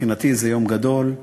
מבחינתי זה יום גדול,